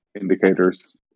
indicators